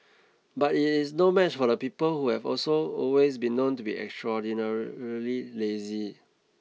but it is no match for the people who have also always been known to be extraordinarily lazy